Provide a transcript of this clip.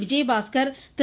Vijayabaskar Thiru